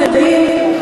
אבל הייתה תמימות דעים.